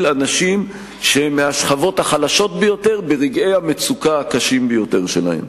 אנשים שהם מהשכבות החלשות ביותר ברגעי המצוקה הקשים ביותר שלהם.